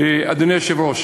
אדוני היושב-ראש,